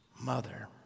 mother